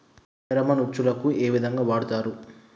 Pheromone ఉచ్చులకు ఏ విధంగా వాడుతరు?